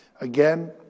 Again